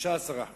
15%